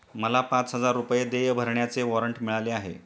मला पाच हजार रुपये देय भरण्याचे वॉरंट मिळाले आहे